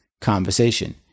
conversation